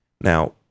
Now